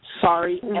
Sorry